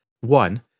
One